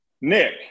Nick